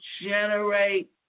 generate